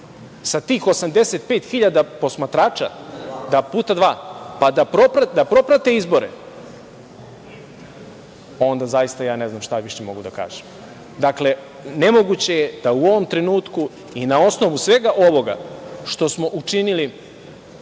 sa tih 85.000 posmatrača puta dva, da proprate izbore, onda zaista ja ne znam šta više mogu da kažem. Dakle, nemoguće je da u ovom trenutku i na osnovu svega ovoga što smo učinili